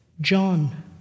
John